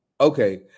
Okay